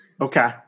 Okay